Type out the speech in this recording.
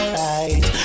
right